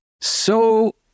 So-